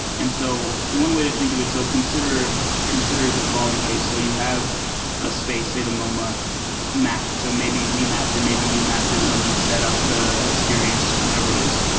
and so one way to think of it so consider consider the following case. so you have a space, say the moma mapped. so maybe we mapped it and maybe you mapped it when you set up the experience, whatever it is.